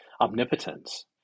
omnipotence